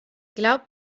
glaubt